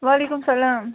وعلیکُم السَلام